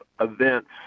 events